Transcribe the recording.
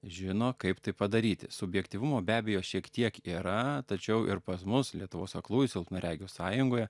žino kaip tai padaryti subjektyvumo be abejo šiek tiek yra tačiau ir pas mus lietuvos aklųjų silpnaregių sąjungoje